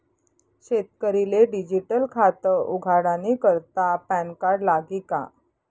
शेतकरीले डिजीटल खातं उघाडानी करता पॅनकार्ड लागी का?